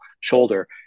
shoulder